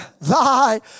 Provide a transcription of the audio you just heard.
thy